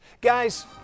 Guys